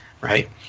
Right